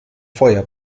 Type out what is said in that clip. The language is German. feuer